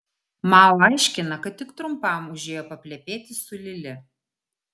mao aiškina kad tik trumpam užėjo paplepėti su lili